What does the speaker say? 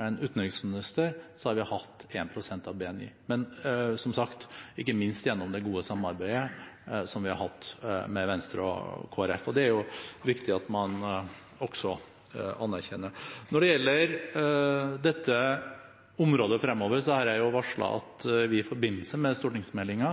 en utenriksminister, har vi hatt 1 pst. av BNI. Det er som sagt ikke minst grunnet det gode samarbeidet vi har hatt med Venstre og Kristelig Folkeparti. Det er viktig at man også anerkjenner det. Når det gjelder dette området fremover, har jeg varslet at vi i forbindelse med